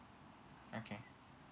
okay